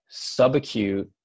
subacute